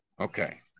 Okay